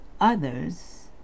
others